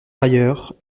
rayer